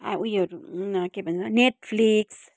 उयोहरू के भन्छ नेटफ्लिक्स